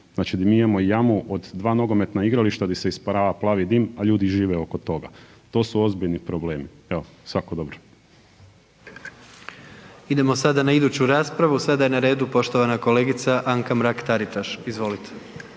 znači gdje mi imamo jamu od 2 nogometna igrališta gdje se isparava plavi dim, a ljudi žive oko toga. To su ozbiljni problemi. Evo, svako dobro. **Jandroković, Gordan (HDZ)** Idemo sada na iduću raspravu. Sada je na redu poštovana kolegica Anka Mrak Taritaš. Izvolite.